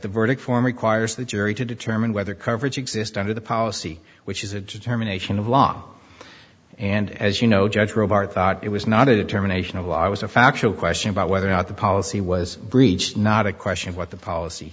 the verdict form requires the jury to determine whether coverage exist under the policy which is a determination of law and as you know judge wrote our thought it was not a determination of law i was a factual question about whether or not the policy was breached not a question of what the polic